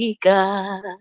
God